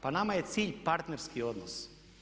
Pa nama je cilj partnerski odnos.